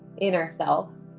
inner self.